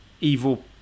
EVIL